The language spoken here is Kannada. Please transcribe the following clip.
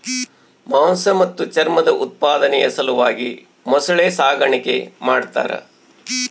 ಮಾಂಸ ಮತ್ತು ಚರ್ಮದ ಉತ್ಪಾದನೆಯ ಸಲುವಾಗಿ ಮೊಸಳೆ ಸಾಗಾಣಿಕೆ ಮಾಡ್ತಾರ